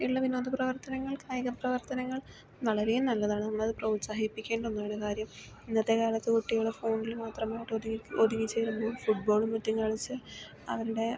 എല്ലാ വിനോദ പ്രവർത്തനങ്ങൾ കായിക പ്രവർത്തനങ്ങൾ വളരെ നല്ലതാണ് നമ്മളത് പ്രോത്സാഹിപ്പിക്കേണ്ട ഒന്നാണ് കാര്യം ഇന്നത്തെ കാലത്ത് കുട്ടികൾ ഫോണിൽ മാത്രമായിട്ട് ഒതുങ്ങി ഒതുങ്ങി ചേരുമ്പോൾ ഫുട് ബോളും മറ്റും കളിച്ച് അവരുടെ